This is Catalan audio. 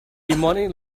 dimoni